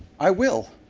i will.